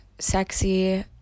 sexy